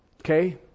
Okay